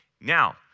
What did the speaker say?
Now